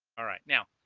all right now